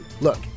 Look